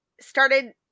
started